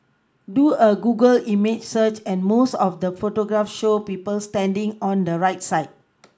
do a Google image search and most of the photographs show people standing on the right side